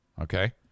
Okay